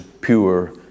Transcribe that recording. pure